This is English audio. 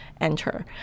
enter